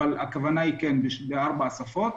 אבל הכוונה היא שיהיה בארבע שפות.